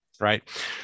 Right